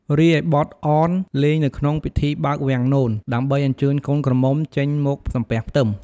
រីឯបទអន លេងនៅក្នងពិធីបើកវាំងនន ដើម្បីអញ្ជើញកូនក្រមំុចេញមកសំពះផ្ទឹម។